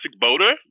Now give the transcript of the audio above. boater